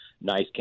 nice